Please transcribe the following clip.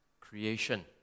creation